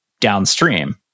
Downstream